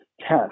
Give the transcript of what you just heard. test